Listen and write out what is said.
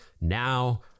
now